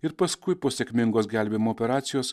ir paskui po sėkmingos gelbėjimo operacijos